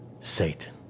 Satan